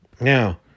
Now